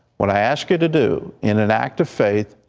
what i ask you to do in an act of faith,